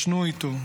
ישנו איתו,